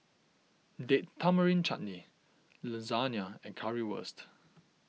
Date Tamarind Chutney Lasagna and Currywurst